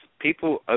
people